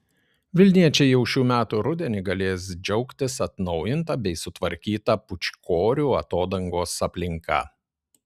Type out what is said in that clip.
vilniečiai jau šių metų rudenį galės džiaugtis atnaujinta bei sutvarkyta pūčkorių atodangos aplinka